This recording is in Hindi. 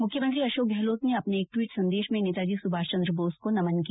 मुख्यमंत्री अशोक गहलोत ने अपने एक ट्वीट संदेश में नेताजी सुभाष चन्द्र बोस को नमन किया